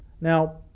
Now